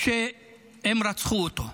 שהם רצחו אותו.